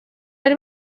bari